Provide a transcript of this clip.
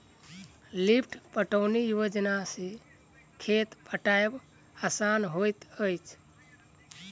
lift पटौनी योजना सॅ खेत पटायब आसान होइत अछि